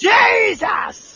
Jesus